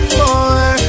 more